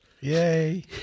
Yay